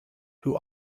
who